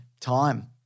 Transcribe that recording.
Time